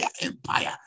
empire